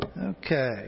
Okay